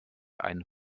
ein